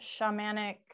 shamanic